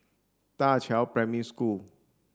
Da Qiao Primary School